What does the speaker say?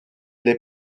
les